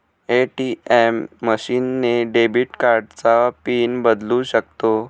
ATM machine ने debit कार्डचा pin बदलू शकतो